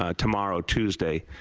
ah tomorrow, tuesday.